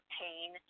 pain